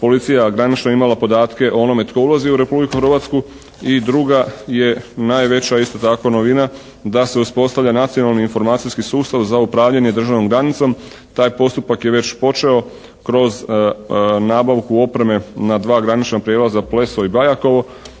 policija granična imala podatke o onome tko ulazi u Republiku Hrvatsku. I druga je najveća isto tako novina da se uspostavlja nacionalni informacijski sustav za upravljanje državnom granicom. Taj postupak je već počeo kroz nabavku opreme na dva granična prijelaza Pleso i Bajakovo